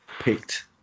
Picked